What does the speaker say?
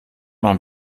man